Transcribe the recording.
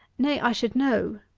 nay i should know,